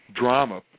drama